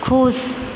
खुश